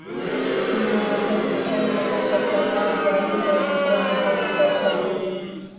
demonetisation होला पर सरकार जारी कइल मुद्रा के बंद कर सकेले